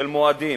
של מועדים,